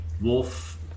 wolf